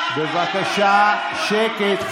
בבקשה שקט.